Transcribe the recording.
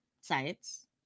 sites